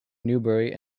newbury